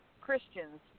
Christian's